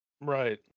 Right